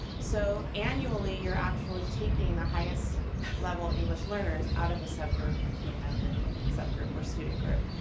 so annually you're actually taking the highest level english learners out of a subgroup into another subgroup or student group.